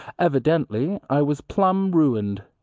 evidently i was plumb ruined.